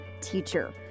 teacher